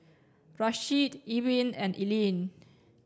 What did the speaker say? Rasheed Ewin and Eileen